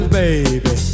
baby